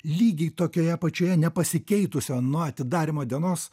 lygiai tokioje pačioje nepasikeitusio nuo atidarymo dienos